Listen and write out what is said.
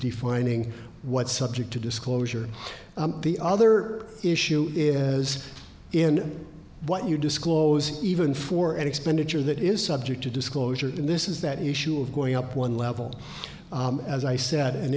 defining what subject to disclosure the other issue is in what you disclose even for an expenditure that is subject to disclosure and this is that issue of going up one level as i said an